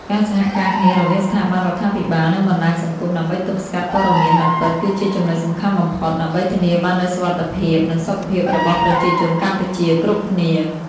ការសហការគ្នារវាងស្ថាប័នរដ្ឋាភិបាលនិងបណ្តាញសង្គមដើម្បីទប់ស្កាត់ព័ត៌មានមិនពិតគឺជាចំណុចសំខាន់បំផុត ដើម្បីធានាបាននូវសុវត្ថិភាពនិងសុខភាពរបស់ប្រជាជនកម្ពុជាគ្រប់គ្នា។